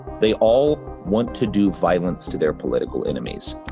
they all want to do violence to their political enemies.